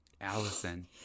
Allison